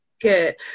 Good